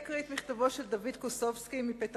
אני אקריא את מכתבו של דוד קוסובסקי מפתח-תקווה,